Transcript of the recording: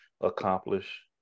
accomplish